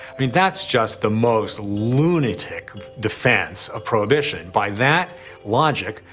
i mean, that's just the most lunatic defense of prohibition. by that logic,